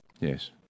Yes